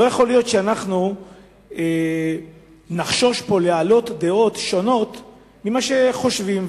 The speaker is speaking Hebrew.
לא יכול להיות שאנחנו נחשוש פה להעלות דעות שונות ממה שחושבים,